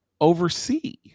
oversee